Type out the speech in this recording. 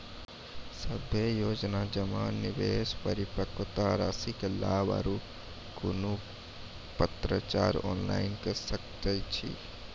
सभे योजना जमा, निवेश, परिपक्वता रासि के लाभ आर कुनू पत्राचार ऑनलाइन के सकैत छी?